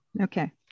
Okay